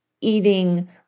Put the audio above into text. eating